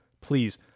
please